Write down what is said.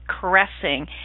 caressing